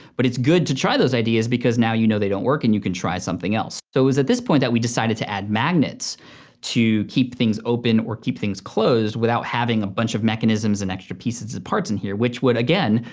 but it's good to try those ideas because now you know they don't work and you can try something else. so it was at this point that we decided to add magnets to keep things open or keep things closed without having a bunch of mechanisms and extra pieces and parts in here, which would, again,